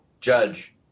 judge